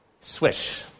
Swish